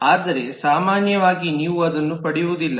ಆದರೆ ಸಾಮಾನ್ಯವಾಗಿ ನೀವು ಅದನ್ನು ಪಡೆಯುವುದಿಲ್ಲ